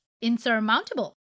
insurmountable